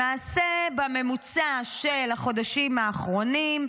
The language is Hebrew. למעשה, בממוצע של החודשים האחרונים,